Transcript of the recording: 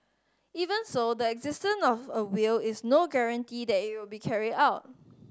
even so the existence of a will is no guarantee that it will be carried out